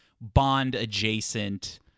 Bond-adjacent